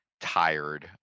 tired